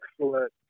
excellent